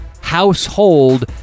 household